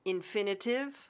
Infinitive